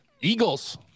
Eagles